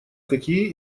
какие